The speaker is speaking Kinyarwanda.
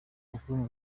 amakuru